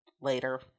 later